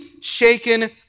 Shaken